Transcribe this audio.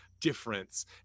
difference